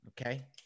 okay